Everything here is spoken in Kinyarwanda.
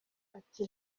ati